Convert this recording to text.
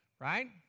right